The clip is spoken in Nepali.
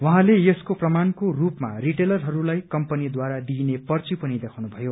उहाँले यसको प्रमाणको रूपमा रिटेलरहरूलाई कम्पनीद्वारा दिइने पर्ची पनि देखाउनु भयो